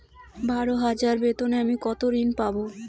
বারো হাজার বেতনে আমি কত ঋন পাব?